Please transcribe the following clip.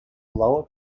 lower